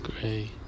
Gray